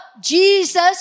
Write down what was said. Jesus